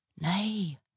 Nay